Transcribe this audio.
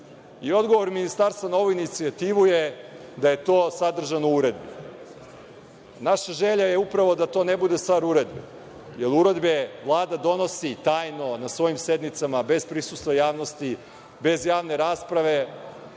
sportiste. Odgovor Ministarstva na ovu inicijativu je da je to sadržano u uredbi. Naša želja je upravo da to ne bude stvar uredbe, jer uredbe Vlada donosi tajno na svojim sednicama, bez prisustva javnosti, bez javne rasprave,